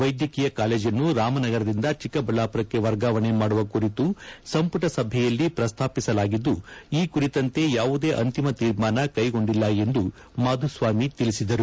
ವೈದ್ಯಕೀಯ ಕಾಲೇಜನ್ನು ರಾಮನಗರದಿಂದ ಚೆಕ್ಕಬಳ್ಳಾಪುರಕ್ಕೆ ವರ್ಗಾವಣೆ ಮಾಡುವ ಕುರಿತು ಸಂಪುಟ ಸಭೆಯಲ್ಲಿ ಪ್ರಸ್ತಾಪಿಸಲಾಗಿದ್ದು ಈ ಕುರಿತಂತೆ ಯಾವುದೇ ಅಂತಿಮ ತೀರ್ಮಾನ ಕೈಗೊಂಡಿಲ್ಲ ಎಂದು ಮಾಧುಸ್ವಾಮಿ ತಿಳಿಸಿದರು